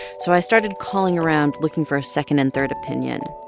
so i started calling around, looking for a second and third opinion.